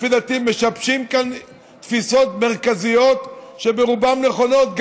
לפי דעתי משבשים כאן תפיסות מרכזיות שהן ברובן נכונות,